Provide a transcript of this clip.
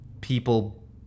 people